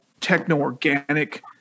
techno-organic